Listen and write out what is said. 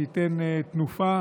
שייתן תנופה